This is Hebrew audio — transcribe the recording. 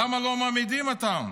למה לא מעמידים אותם?